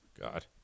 God